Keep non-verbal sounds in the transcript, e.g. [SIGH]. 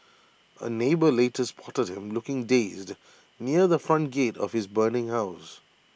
[NOISE] A neighbour later spotted him looking dazed near the front gate of his burning house